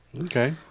Okay